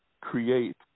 create